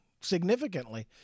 significantly